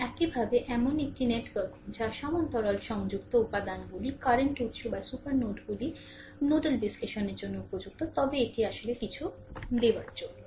এবং একইভাবে এমন একটি নেটওয়ার্ক যা সমান্তরাল সংযুক্ত উপাদানগুলি কারেন্ট উত্স বা সুপার নোডগুলি নোডাল বিশ্লেষণের জন্য উপযুক্ত তবে এটি আসলে কিছু দেওয়ার জন্য